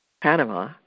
Panama